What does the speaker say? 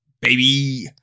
baby